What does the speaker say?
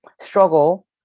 struggle